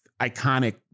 iconic